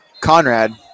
Conrad